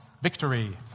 Victory